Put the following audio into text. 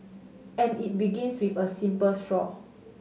and it begins with a simple straw